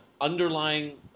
underlying